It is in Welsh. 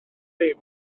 ddim